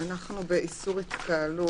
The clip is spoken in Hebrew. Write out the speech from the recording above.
אנחנו באיסור או הגבלת התקהלות,